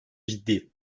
ciddi